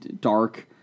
dark